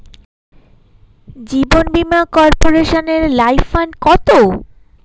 জীবন বীমা কর্পোরেশনের life fund কত?